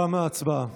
תמה ההצבעה.